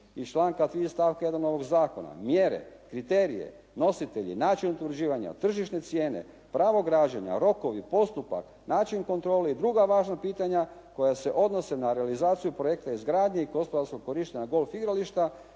iz članka 3. stavka 1. ovog zakona, mjere, kriterije, nositelji, način utvrđivanja, tržišne cijene, pravo građenja, rokovi, postupak, način kontrole i druga važna pitanja koja se odnose na realizaciju projekta izgradnje i gospodarskog korištenja golf igrališta